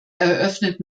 eröffnet